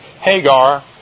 Hagar